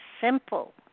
simple